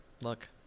look